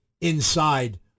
inside